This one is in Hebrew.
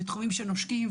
כן,